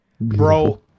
bro